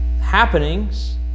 happenings